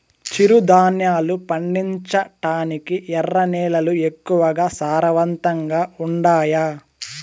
చిరుధాన్యాలు పండించటానికి ఎర్ర నేలలు ఎక్కువగా సారవంతంగా ఉండాయా